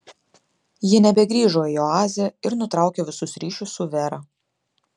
ji nebegrįžo į oazę ir nutraukė visus ryšius su vera